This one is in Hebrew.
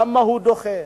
למה הוא דוחה?